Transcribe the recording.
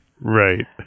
right